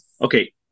okay